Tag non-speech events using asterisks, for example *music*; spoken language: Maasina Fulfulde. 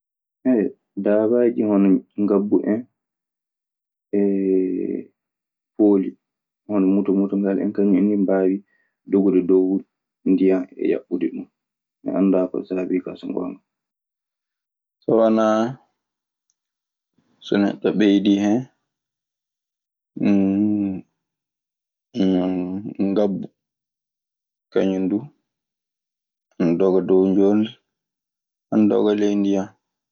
*hesitation* dabaaji hono ngabbu en e pooli hono mutomutongal en kañun en nii mbaawi dogude dow ndiyan e yaɓɓude ɗun. Mi anndaa ko sabii kaa. So wanaa so neɗɗo ɓeydii hen *hesitation* ngabbu. Kañun du na doga dow njoldi, ana doga ley ndiyan.